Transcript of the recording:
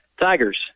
Tigers